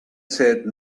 said